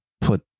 put